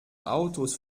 autos